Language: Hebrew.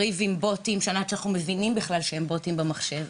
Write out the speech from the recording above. עם מריבות מול בוטים ועד שהבנו בכלל שמדובר בבוטים במחשב.